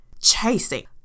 chasing